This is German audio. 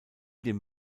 dem